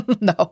No